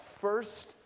first